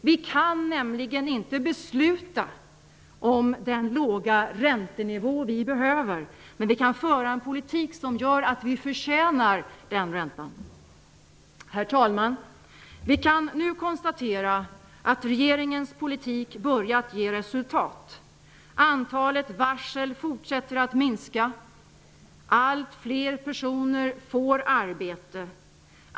Vi kan nämligen inte besluta om den låga räntenivå vi behöver, men vi kan föra en politik som gör att vi förtjänar den räntan. Herr talman! Vi kan nu konstatera att regeringens politik har börjat ge resultat. Antalet varsel fortsätter att minska. Allt fler personer får arbete.